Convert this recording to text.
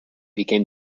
became